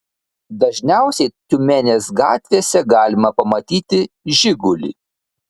dažniausiai tiumenės gatvėse galima pamatyti žigulį